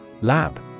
Lab